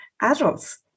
adults